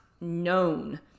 known